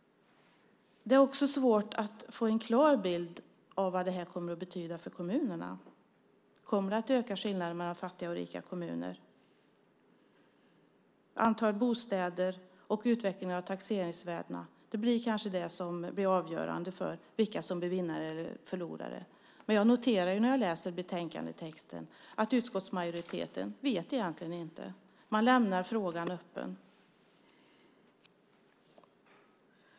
Det är också svårt att få en klar bild av vad detta kommer att betyda för kommunerna. Kommer det att öka skillnaderna mellan fattiga och rika kommuner - antalet bostäder och utvecklingen av taxeringsvärdena? Detta blir kanske avgörande för vilka som blir vinnare och förlorare. Men när jag läser betänkandet noterar jag att utskottsmajoriteten egentligen inte vet. Man lämnar frågan öppen.